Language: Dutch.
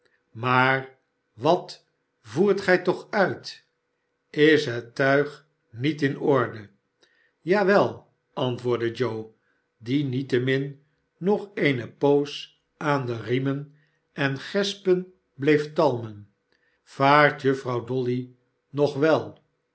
maar wat voert gij toch uit is het tuig niet in orde ja wel antwoordde joe die niettemin nog eene poos aan de riemen en gespen bleef talmen vaart juffrouw dolly nog wel